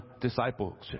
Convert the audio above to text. discipleship